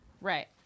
Right